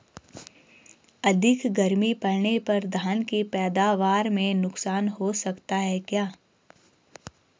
अधिक गर्मी पड़ने पर धान की पैदावार में नुकसान हो सकता है क्या?